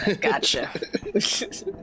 Gotcha